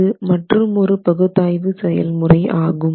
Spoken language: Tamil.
இது மற்றுமொரு பகுத்தாய்வு செயல்முறை ஆகும்